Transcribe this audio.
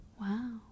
wow